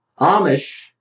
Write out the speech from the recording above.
Amish